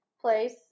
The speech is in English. place